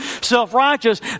self-righteous